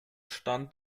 stand